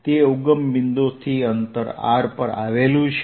તે ઉગમ બિંદુથી અંતર r પર આવેલું છે